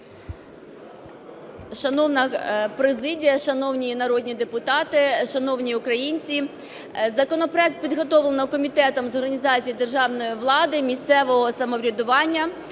Шановна президія, шановні народні депутати, шановні українці! Законопроект підготовлено Комітетом з організації державної влади, місцевого самоврядування,